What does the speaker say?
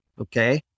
Okay